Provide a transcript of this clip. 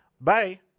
Bye